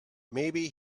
maybe